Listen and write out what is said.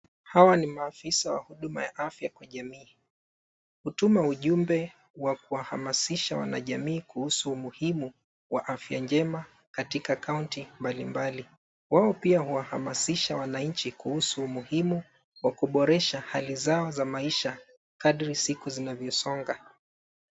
Hawa ni maafisa wa huduma ya afya ya kijamii, hutuma ujumbe wa kuwahamasisha wanajamii kuhusu umuhimu wa afya njema katika county mbalimbali, wao pia huwahamasisha wanainchi kuhusu umuhimu wa kuboresha hali za maisha kadri siku zinavyosonga.